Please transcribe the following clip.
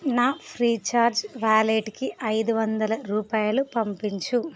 నా ఫ్రీచార్జ్ వాలెట్కి ఐదు వందల రూపాయలు పంపించు